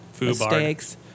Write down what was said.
mistakes